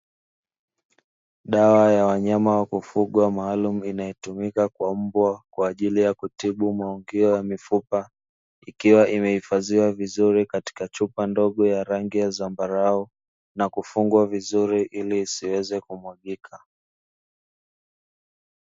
Dawa ya wanyama wa kufugwa maalumu inayotumika kwa mbwa kwa ajili ya kutibu maungio ya mifupa ikiwa imehifadhiwa vizuri katika chupa ndogo ya rangi ya zambarau na kufungwa vizuri ili isiweze kumwagika.